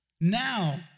Now